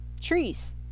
trees